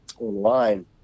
online